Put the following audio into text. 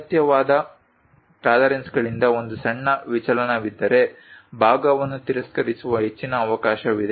ಅಗತ್ಯವಾದ ಟಾಲರೆನ್ಸ್ಗಳಿಂದ ಒಂದು ಸಣ್ಣ ವಿಚಲನವಿದ್ದರೆ ಭಾಗವನ್ನು ತಿರಸ್ಕರಿಸುವ ಹೆಚ್ಚಿನ ಅವಕಾಶವಿದೆ